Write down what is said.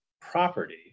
property